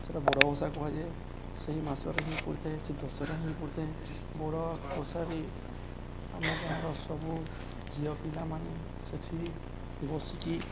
ସେଇଟା ବଡ଼ ଓଷା କୁହାଯାଏ ସେଇ ମାସରେ ହିଁ ପଡ଼ିଥାଏ ସେ ଦଶହରାରେ ହିଁ ପଡ଼ିଥାଏ ବଡ଼ ଓଷାରେ ଆମ ଗାଁର ସବୁ ଝିଅ ପିଲାମାନେ ସେଠି ବସିକି